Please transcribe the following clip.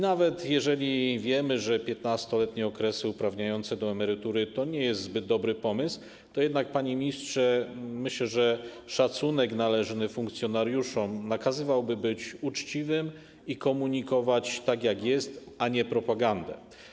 Nawet jeżeli wiemy, że 15-letnie okresy uprawniające do emerytury to nie jest zbyt dobry pomysł, to jednak, panie ministrze, myślę, że szacunek należny funkcjonariuszom nakazywałby być uczciwym i komunikować tak, jak jest, a nie robić propagandę.